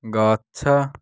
ଗଛ